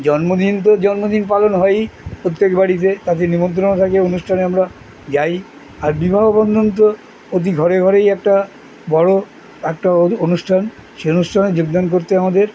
জন্মদিন তো জন্মদিন পালন হয়ই প্রত্যেক বাড়িতে তাতে নিমন্ত্রণা থাকে অনুষ্ঠানে আমরা যাই আর বিবাহ বন্ধন তো প্রতি ঘরে ঘরেই একটা বড়ো একটা অনুষ্ঠান সে অনুষ্ঠানে যোগদান করতে আমাদের